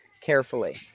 carefully